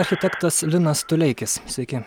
architektas linas tuleikis sveiki